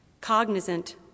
cognizant